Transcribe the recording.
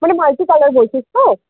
মানে মাল্টিকালার বলছিস তো